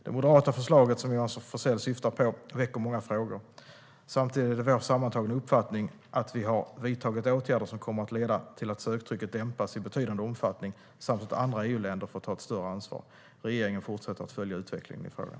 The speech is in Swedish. Det moderata förslaget, som Johan Forssell syftar på, väcker många frågor. Samtidigt är det vår sammantagna uppfattning att vi har vidtagit åtgärder som kommer att leda till att söktrycket dämpas i betydande omfattning samt att andra EU-länder får ta ett större ansvar. Regeringen fortsätter att följa utvecklingen i frågan.